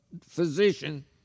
physician